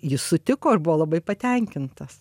jis sutiko ir buvo labai patenkintas